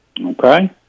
okay